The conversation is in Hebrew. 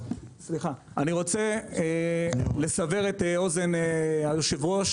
אני רוצה לסבר את אוזן היושב-ראש,